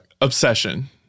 obsession